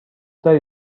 داری